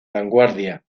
vanguardia